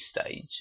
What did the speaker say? stage